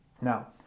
Now